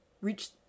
reach